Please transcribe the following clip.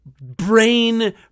brain